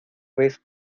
ves